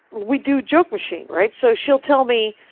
we do joke machine, right? so she'll tell me,